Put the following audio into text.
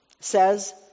says